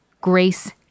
grace